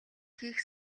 хийх